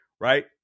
right